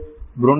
Bronner Simon J